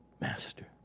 Master